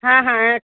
হ্যাঁ হ্যাঁ